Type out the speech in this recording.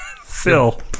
Phil